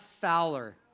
fowler